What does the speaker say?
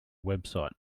website